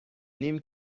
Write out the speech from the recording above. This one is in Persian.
نیم